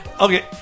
Okay